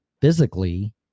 physically